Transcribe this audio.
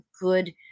good